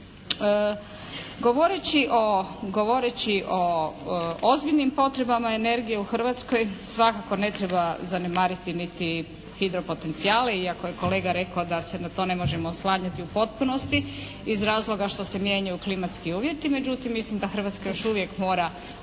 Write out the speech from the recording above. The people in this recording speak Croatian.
Govoreći o ozbiljnim potrebama energije u Hrvatskoj svakako ne treba zanemariti niti hidropotencijale iako je kolega rekao da se na to ne možemo oslanjati u potpunosti iz razloga što se mijenjaju klimatski uvjeti, međutim mislim da Hrvatska još uvijek mora